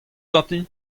ganti